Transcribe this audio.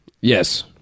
yes